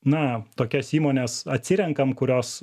na tokias įmones atsirenkam kurios